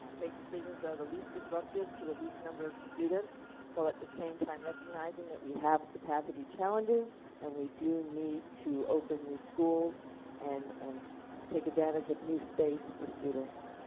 make decisions that are the least disruptive to the least number of students while at the same time recognizing that we have capacity challenges and we do need to open new schools and and take advantage of new space for students.